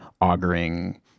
auguring